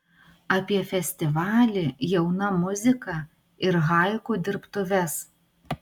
apie festivalį jauna muzika ir haiku dirbtuves